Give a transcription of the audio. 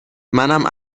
منم